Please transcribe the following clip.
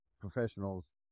professionals